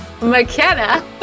McKenna